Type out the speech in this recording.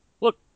Look